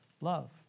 love